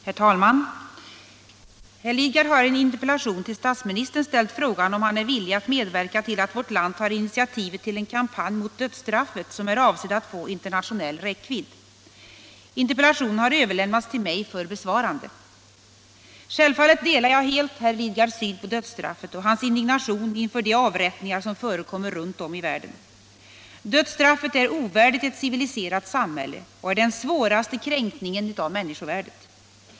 Herr talman! Herr Lidgard har i en interpellation till statsministern ställt frågan om han är villig att medverka till att vårt land tar initiativet till en kampanj mot dödsstraffet, som är avsedd att få internationell räckvidd. Interpellationen har överlämnats till mig för besvarande. Självfallet delar jag herr Lidgards syn på dödsstraffet och hans indignation inför de avrättningar som förekommer runt om i världen. Dödsstraffet är ovärdigt ett civiliserat samhälle och är den svåraste kränkningen av människovärdet.